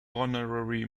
honorary